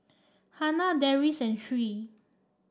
Hana Deris and Sri